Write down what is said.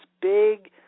big